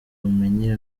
ubumenyi